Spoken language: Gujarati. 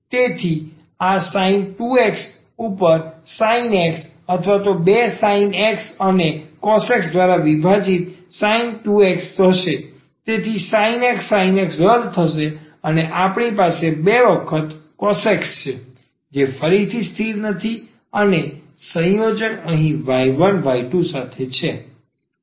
તેથી આ sin 2x ઉપર sin x અથવા 2 sin x અને cos x દ્વારા વિભાજિત sin 2x હશે તેથી sin x sin x રદ થશે અને આપણી પાસે 2 વખત cos x છે જે ફરીથી સ્થિર નથી અને તેથી આ સંયોજન અહીં y1 y2 સાથે છે